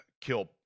kill